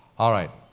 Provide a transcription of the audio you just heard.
all right,